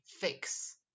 fix